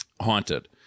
Haunted